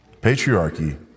Patriarchy